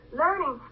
learning